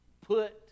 put